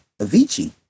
Avicii